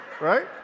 right